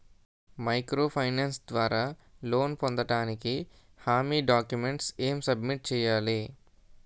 Micro finance ద్వారా loan పొందటానికి హామీ డాక్యుమెంట్స్ ఎం సబ్మిట్ చేయాలి?